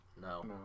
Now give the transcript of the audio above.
No